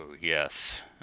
yes